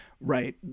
right